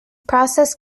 process